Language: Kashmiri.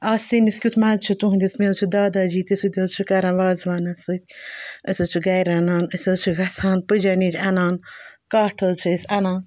اَتھ سِنِس کیُٚتھ مَزٕ چھِ تُہٕنٛدِس مےٚ حظ چھِ داداجی تہِ سُہ تہِ حظ چھِ کَران وازوانَس سۭتۍ أسۍ حظ چھِ گَرِ رَنان أسۍ حظ چھِ گژھان پٔجَن نِش اَنان کَٹھ حظ چھِ أسۍ اَنان